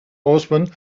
horsemen